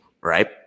right